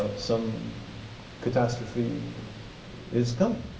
some catastrophe is coming.